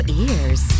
ears